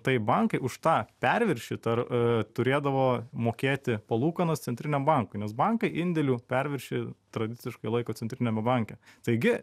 tai bankai už tą perviršį tar turėdavo mokėti palūkanas centriniam bankui nes bankai indėlių perviršį tradiciškai laiko centriniame banke taigi